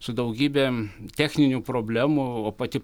su daugybe techninių problemų o pati